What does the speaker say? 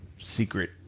secret